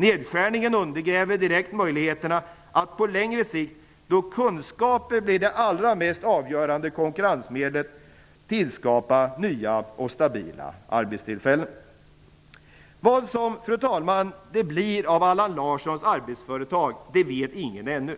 Nedskärningen undergräver direkt möjligheterna att på längre sikt, då kunskaper blir det allra mest avgörande konkurrensmedlet, tillskapa nya och stabila arbetstillfällen. Vad det blir av Allan Larssons arbetsföretag vet ingen ännu.